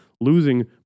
losing